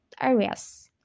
areas